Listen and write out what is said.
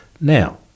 Now